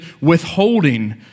withholding